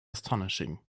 astonishing